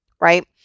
right